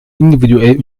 individuell